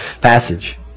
passage